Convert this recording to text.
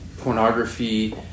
pornography